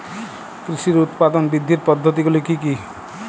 কৃষির উৎপাদন বৃদ্ধির পদ্ধতিগুলি কী কী?